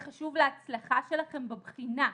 זה חשוב להצלחה שלכם בבחינה: